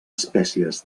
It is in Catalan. espècies